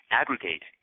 aggregate